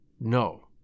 No